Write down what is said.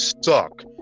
suck